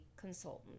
consultant